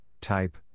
type